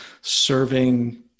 serving